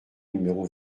numéro